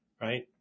right